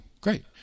Great